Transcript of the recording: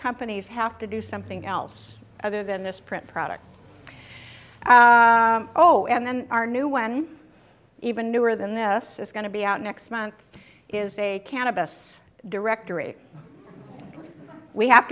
companies have to do something else other than this print product oh and then our new when even newer than this is going to be out next month is a cannabis directory we have